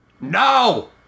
No